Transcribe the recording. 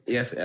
Yes